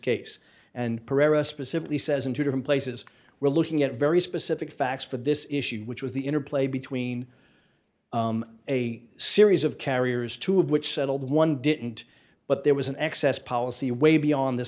pereira specifically says in two different places we're looking at very specific facts for this issue which was the interplay between a series of carriers two of which settled one didn't but there was an excess policy way beyond the